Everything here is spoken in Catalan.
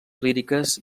líriques